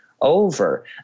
over